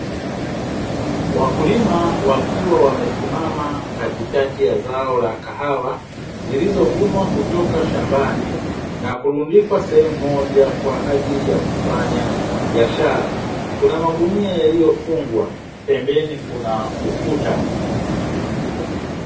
Wakulima wakiwa wamesimama katikati ya zao la kahawa zilizovunwa kutoka shambani na kurundikwa sehemu moja, kwa ajili ya kufanya biashara. Kuna magunia yaliyofungwa, pembeni kuna ukuta.